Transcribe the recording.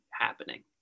happening